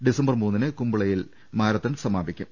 December മൂന്നിന് കുംബളയിൽ marathon സമാപിക്കും